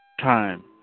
time